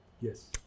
Yes